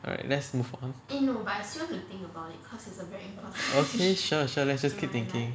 alright let's move on okay sure sure let's just keep thinking